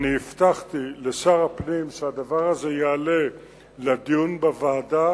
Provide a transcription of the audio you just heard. הבטחתי לשר הפנים שהדבר הזה יעלה לדיון בוועדה